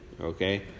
Okay